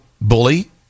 bully